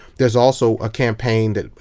there's also a campaign that,